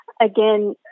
Again